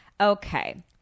Okay